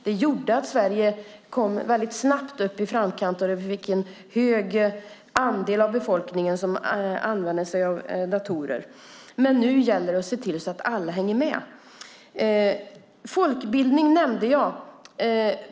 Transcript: Det gjorde att Sverige kom väldigt snabbt i framkant och att vi fick en hög andel av befolkningen som använde sig av datorer. Men nu gäller det att se till att alla hänger med. Folkbildning nämnde jag.